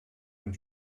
und